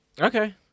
Okay